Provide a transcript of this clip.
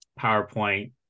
PowerPoint